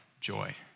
joy